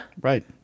Right